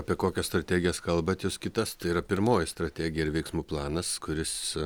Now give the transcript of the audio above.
apie kokias strategijas kalbat jūs kitas tai yra pirmoji strategija ir veiksmų planas kuris